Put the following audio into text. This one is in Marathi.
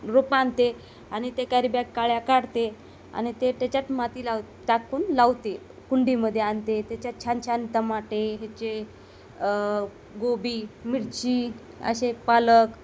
रोपं आणते आणि ते कॅरीबॅक काळ्या काढते आणि ते त्याच्यात माती लाव टाकून लावते कुंडीमध्ये आणते त्याच्यात छान छान टमाटे ह्याचे गोबी मिरची असे पालक